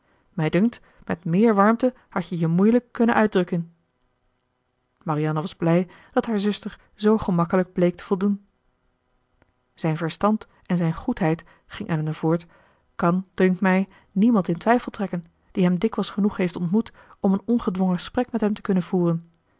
mij dunkt met méér warmte hadt je je moeilijk kunnen uitdrukken marianne was blij dat haar zuster zoo gemakkelijk bleek te voldoen zijn verstand en zijn goedheid ging elinor voort kan dunkt mij niemand in twijfel trekken die hem dikwijls genoeg heeft ontmoet om een ongedwongen gesprek met hem te kunnen voeren